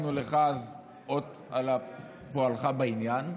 הענקנו לך אז אות על פועלך בעניין,